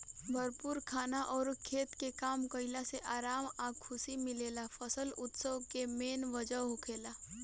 भरपूर खाना अउर खेत में काम कईला से आराम आ खुशी मिलेला फसल उत्सव के मेन वजह होखेला